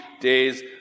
days